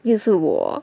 又是我